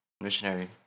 Missionary